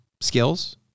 skills